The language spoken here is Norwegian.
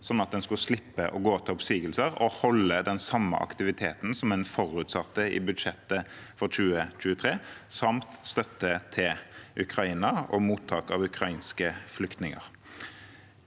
slik at en skal slippe å gå til oppsigelser, og holde den samme aktiviteten som en forutsatte i budsjettet for 2023, samt å gi støtte til Ukraina og mottak av ukrainske flyktninger.